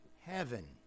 heaven